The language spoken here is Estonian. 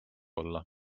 olla